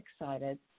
excited